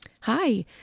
Hi